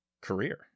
career